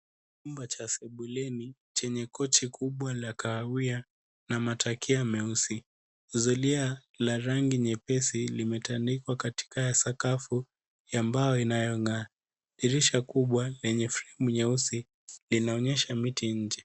Chumba cha sebuleni, chenye kochi kubwa la kahawia na matakia meusi. Zulia la rangi nyepesi, limetandikwa katika sakafu ya mbao inayong'aa. Dirisha kubwa lenye fremu nyeusi linaonyesha miti nje.